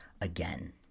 again